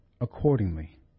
accordingly